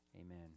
amen